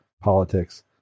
politics